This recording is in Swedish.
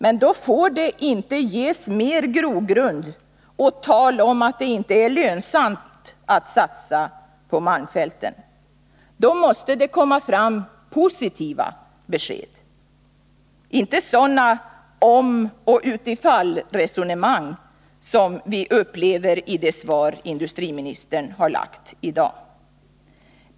Men då får det inte ges mer grogrund åt tal om att det inte är lönsamt att satsa på malmfälten. Då måste det komma positiva besked — inte sådana om-och-utifall-resonemang som vi upplever i det svar industriministern har lämnat i dag.